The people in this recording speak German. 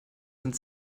sind